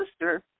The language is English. sister